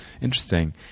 interesting